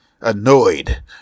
Annoyed